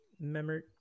memory